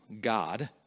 God